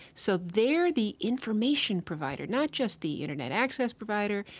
so they're the information provider, not just the internet access provider,